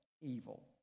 evil